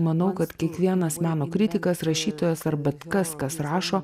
manau kad kiekvienas meno kritikas rašytojas ar bet kas kas rašo